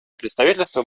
представительство